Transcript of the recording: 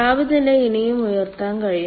താപനില ഇനിയും ഉയർത്താൻ കഴിയും